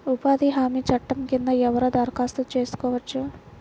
ఉపాధి హామీ చట్టం కింద ఎవరు దరఖాస్తు చేసుకోవచ్చు?